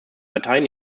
parteien